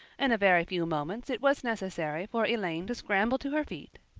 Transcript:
in a very few moments it was necessary for elaine to scramble to her feet,